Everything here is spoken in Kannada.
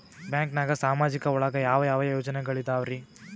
ಬ್ಯಾಂಕ್ನಾಗ ಸಾಮಾಜಿಕ ಒಳಗ ಯಾವ ಯಾವ ಯೋಜನೆಗಳಿದ್ದಾವ್ರಿ?